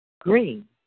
green